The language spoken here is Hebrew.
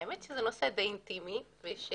האמת היא שזה נושא די אינטימי ואני